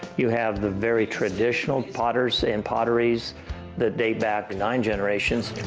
you have the very traditional potters and potteries that date back nine generations.